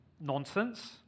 nonsense